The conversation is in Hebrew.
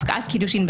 הפקעת קידושין,